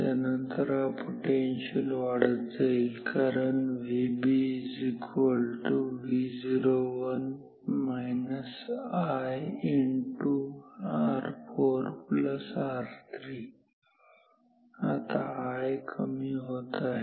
त्यानंतर हा पोटेन्शिअल वाढत जाईल कारण VB Vo1 I R4R3 आता I कमी होत आहे